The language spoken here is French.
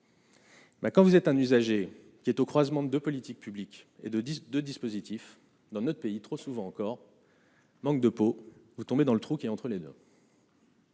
quand vous êtes un usager qui est au croisement de politiques publiques et de disques de dispositifs dans notre pays, trop souvent encore, manque de pot, vous tombez dans le trou qui est entre les 2.